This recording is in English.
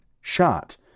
shot